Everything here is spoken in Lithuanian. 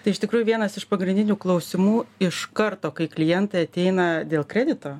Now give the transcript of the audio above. tai iš tikrųjų vienas iš pagrindinių klausimų iš karto kai klientai ateina dėl kredito